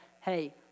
hey